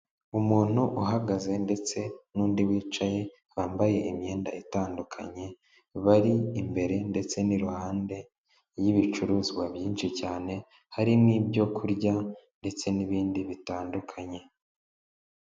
Umuntu uhagaze ndetse n'undi wicaye bambaye imyenda itandukanye bari imbere ndetse n'iruhande y'ibicuruzwa byinshi cyane hari n'ibyo kurya ndetse n'ibindi bitandukanye.